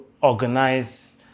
organize